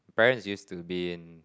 parents used to be in